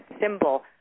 symbol